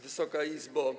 Wysoka Izbo!